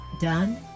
done